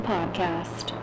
Podcast